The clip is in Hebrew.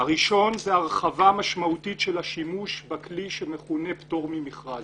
הראשון זה הרחבה משמעותית של השימוש בכלי שמכונה "פטור ממכרז"